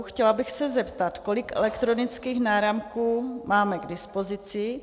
Chtěla bych se zeptat, kolik elektronických náramků máme k dispozici.